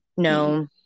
No